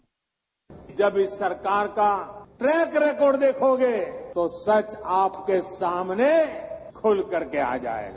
bite जब इस सरकार का ट्रैक रिकार्ड देखोगे तो सच आपके सामने ख्रलकर के आ जायेगा